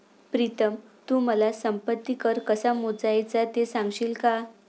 प्रीतम तू मला संपत्ती कर कसा मोजायचा ते सांगशील का?